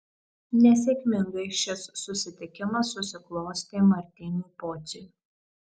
nesėkmingai šis susitikimas susiklostė martynui pociui